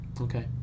okay